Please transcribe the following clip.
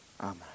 Amen